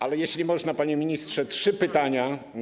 Ale, jeśli można, panie ministrze, trzy pytania.